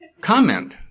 comment